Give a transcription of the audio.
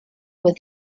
with